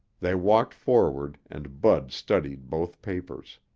they walked forward and bud studied both papers.